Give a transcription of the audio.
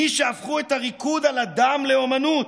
מי שהפכו את הריקוד על הדם לאומנות,